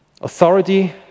Authority